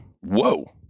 whoa